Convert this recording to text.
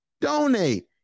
Donate